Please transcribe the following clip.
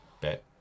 bet